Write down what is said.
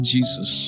Jesus